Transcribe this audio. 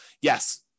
yes